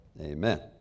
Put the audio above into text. Amen